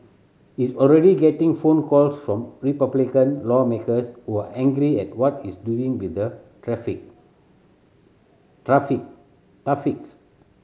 he's already getting phone calls from Republican lawmakers who are angry at what he's doing with the